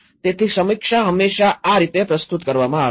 તેથી સમીક્ષા હંમેશા આ રીતે પ્રસ્તુત કરવામાં આવે છે